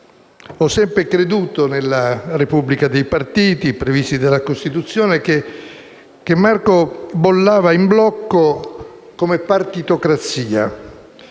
ho sempre creduto nella Repubblica dei partiti, previsti dalla nostra Costituzione, che Marco bollava in blocco come «partitocrazia»,